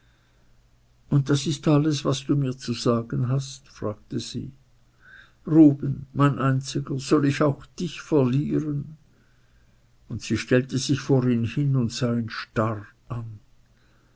und das ist alles was du mir zu sagen hast fragte sie ruben mein einziger soll ich auch dich verlieren und sie stellte sich vor ihn hin und sah ihn starr an